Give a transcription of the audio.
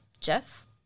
Jeff